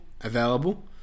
available